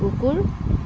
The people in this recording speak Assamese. কুকুৰ